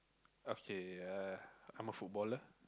okay uh I'm a footballer